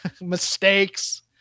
mistakes